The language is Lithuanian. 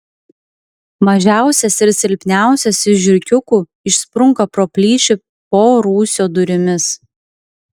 mažiausias ir silpniausias iš žiurkiukų išsprunka pro plyšį po rūsio durimis